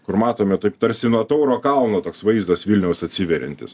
kur matome taip tarsi nuo tauro kalno toks vaizdas vilniaus atsiveriantis